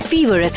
Fever